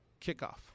Kickoff